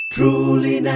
Truly